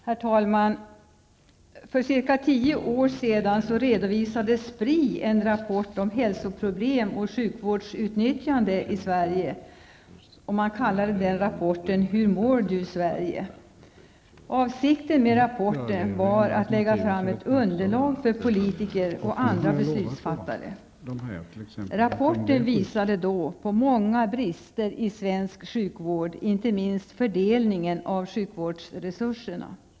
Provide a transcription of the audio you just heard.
Herr talman! För cirka tio år sedan redovisade Avsikten med den rapporten var att lägga fram ett underlag för politiker och andra beslutsfattare. Rapporten visade på många brister i svensk sjukvård, inte minst fördelningen av sjukvårdsresurserna.